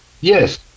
Yes